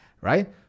right